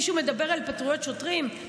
מישהו מדבר על סמכויות שוטרים?